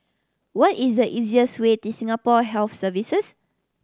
what is the easiest way to Singapore Health Services